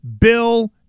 Bill